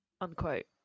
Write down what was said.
Unquote